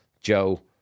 Joe